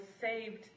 saved